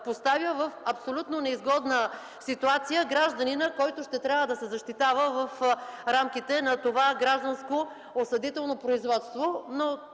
поставя в абсолютно неизгодна ситуация гражданинът, който ще трябва да се защитава в рамките на това гражданско осъдително производство.